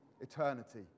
eternity